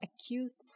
accused